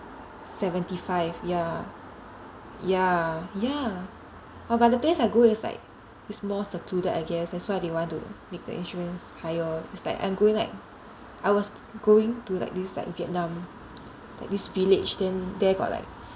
seventy five ya ya ya oh but the place I go is like is more secluded I guess that's why they want to make the insurance higher it's like I'm going like I was going to like this like Vietnam like this village then there got like